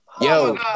Yo